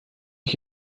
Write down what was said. ich